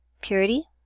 Purity